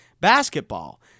basketball